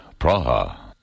Praha